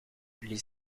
les